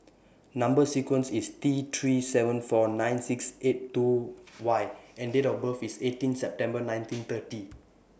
Number sequence IS T three seven four nine six eight two Y and Date of birth IS eighteen September nineteen thirty